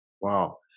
Wow